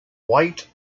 wight